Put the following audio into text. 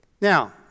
Now